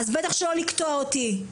אז בטח שלא לקטוע אותי.